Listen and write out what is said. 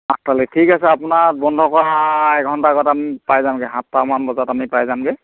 আঠটালৈ ঠিক আছে আপোনাৰ বন্ধ কৰা এঘণ্টা আগত আমি পাই যামগৈ সাতটামান বজাত আমি পাই যামগৈ